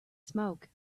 smoke